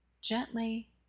Gently